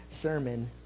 sermon